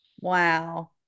Wow